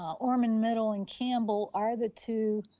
ormond middle and campbell are the two